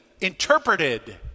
interpreted